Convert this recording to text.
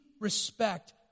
respect